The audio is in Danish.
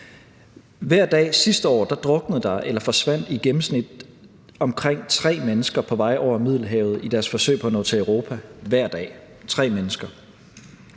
Hver dag sidste år druknede der eller forsvandt der i gennemsnit omkring tre mennesker på vej over Middelhavet i deres forsøg på at nå til Europa – tre mennesker